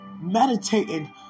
meditating